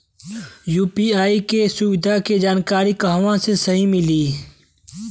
UPI के सुविधा के जानकारी कहवा से मिली?